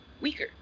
weaker